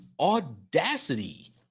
audacity